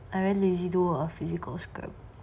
I very lazy do work on physical scars